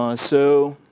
um so